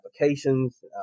applications